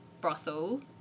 brothel